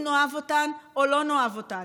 לא חשוב אם נאהב אותן או לא נאהב אותן,